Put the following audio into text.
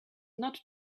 not